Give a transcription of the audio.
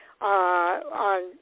on